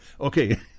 Okay